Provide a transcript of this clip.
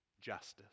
justice